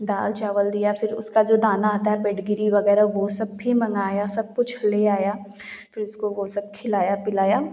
दाल चावल दिया फ़िर उसका जो दाना आता है पेडिग्री वगैरह वह सब भी मंगाया सब कुछ ले आया फ़िर उसको वह वह सब खिलाया पिलाया